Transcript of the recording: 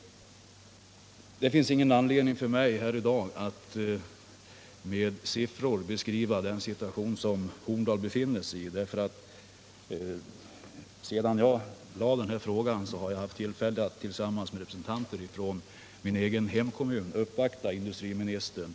Det finns ingen anledning för mig att här i dag med siffror beskriva den situation som Horndal befinner sig i. Sedan jag ställde min fråga har jag haft tillfälle att tillsammans med representanter för min egen hemkommun uppvakta industriministern.